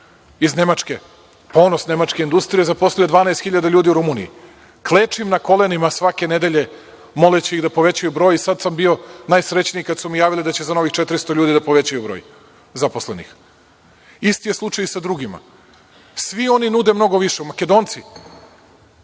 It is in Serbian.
iz Nemačke, ponos nemačke industrije, zaposlio 12.000 ljudi u Rumuniji. Klečim na kolenima svake nedelje, moleći ih da povećaju broj. Sada sam bio najsrećniji kada su mi javili da će za novih 400 ljudi da povećaju broj zaposlenih. Isti je slučaj i sa drugima. Svi oni nude mnogo više, Makedonci. Mi